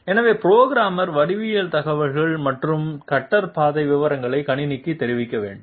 எனவே புரோகிராமர் வடிவியல் தகவல் மற்றும் கட்டர் பாதை விவரங்களை கணினிக்கு தெரிவிக்க வேண்டும்